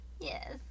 Yes